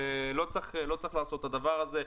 לא צריך לעשות את הדבר הזה,